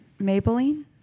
Maybelline